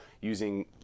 using